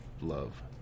love